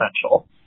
essential